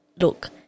look